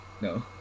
No